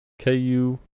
KU